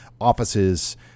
offices